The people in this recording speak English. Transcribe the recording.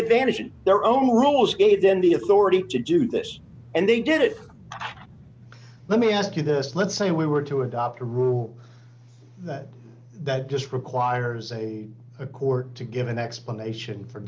advantage of their own rules gave them the authority to do this and they did it let me ask you this let's say we were to adopt a rule that that just requires a a court to give an explanation for